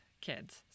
kids